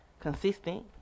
consistent